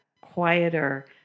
quieter